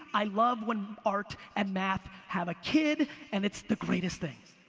i love when art and math have a kid and it's the greatest thing.